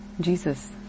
Jesus